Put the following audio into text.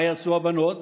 מה יעשו הבנות?